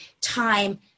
time